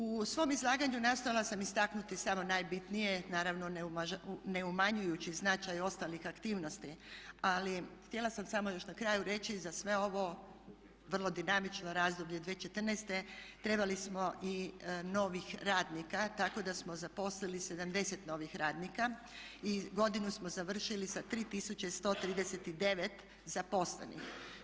U svom izlaganju nastojala sam istaknuti samo najbitnije, naravno ne umanjujući značaj ostalih aktivnosti ali htjela sam još na kraju reći za sve ovo vrlo dinamično razdoblje 2014.trebali smo i novih radnika tamo da smo zaposlili 70 novih radnika i godinu smo završili sa 3139 zaposlenih.